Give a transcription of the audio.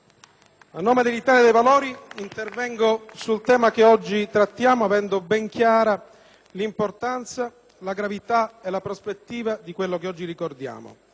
A nome dell'Italia dei Valori intervengo sul tema che trattiamo avendo ben chiara l'importanza, la gravità e la prospettiva di quello che oggi ricordiamo.